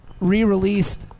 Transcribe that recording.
re-released